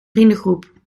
vriendengroep